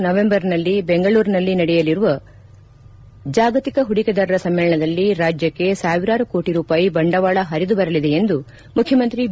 ನವೆಂಬರ್ನಲ್ಲಿ ಬೆಂಗಳೂರಿನಲ್ಲಿ ನಡೆಯಲಿರುವ ಜಾಗತಿಕ ಹೂಡಿಕೆದಾರರ ಸಮ್ಮೇಳನದಲ್ಲಿ ರಾಜ್ಕಕ್ಕೆ ಸಾವಿರಾರು ಕೋಟಿ ರೂಪಾಯಿ ಬಂಡವಾಳ ಪರಿದುಬರಲಿದೆ ಎಂದು ಮುಖ್ಯಮಂತ್ರಿ ಬಿ